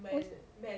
who's